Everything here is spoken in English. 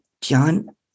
John